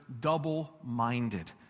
double-minded